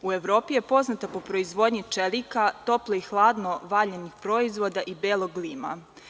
U Evropi je poznata po proizvodnji čelika, toplo i hladno valjanih proizvoda i belog lima.